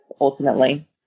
ultimately